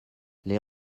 les